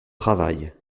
travail